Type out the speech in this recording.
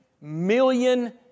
million